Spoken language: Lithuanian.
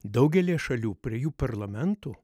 daugelyje šalių prie jų parlamentų